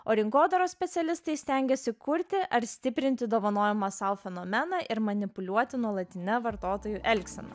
o rinkodaros specialistai stengiasi kurti ar stiprinti dovanojimo sau fenomeną ir manipuliuoti nuolatine vartotojų elgsena